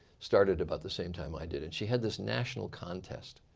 started about the same time i did and she had this national context